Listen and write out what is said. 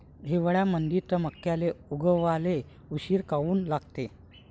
हिवाळ्यामंदी मक्याले उगवाले उशीर काऊन लागते?